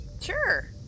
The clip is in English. Sure